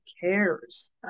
cares